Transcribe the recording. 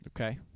Okay